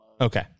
Okay